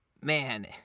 man